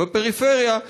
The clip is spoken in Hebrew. בפריפריה,